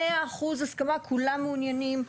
מאה אחוז הסכמה, כולם מעוניינים.